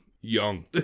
Young